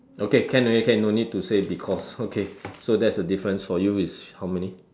okay can already can no need to say because okay so that's a difference for you is how many